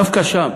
דווקא שם